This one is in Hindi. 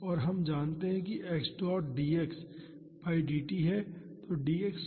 और हम जानते हैं कि x dot dx by dt है